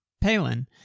Palin